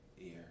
ear